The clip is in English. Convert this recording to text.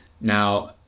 now